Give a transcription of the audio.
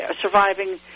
surviving